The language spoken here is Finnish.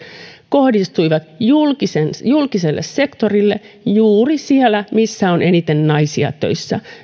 kohdistuivat julkiselle sektorille juuri sinne missä on eniten naisia töissä